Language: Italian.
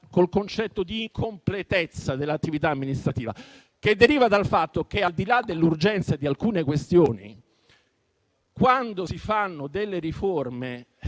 con quello di incompletezza dell'attività amministrativa, che deriva dal fatto che, al di là dell'urgenza di alcune questioni, quando si fanno riforme,